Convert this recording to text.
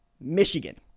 Michigan